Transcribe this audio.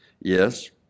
Yes